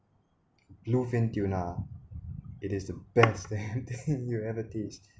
blue fin tuna it is the best damn thing you ever taste